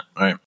right